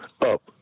up